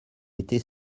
était